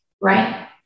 Right